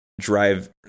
drive